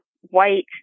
white